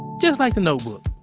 just like the notebook. oh